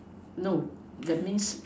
no that means